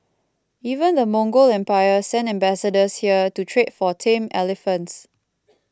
even the Mongol empire sent ambassadors here to trade for tame elephants